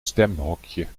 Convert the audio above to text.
stemhokje